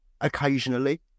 occasionally